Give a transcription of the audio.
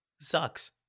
sucks